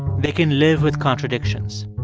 they can live with contradictions.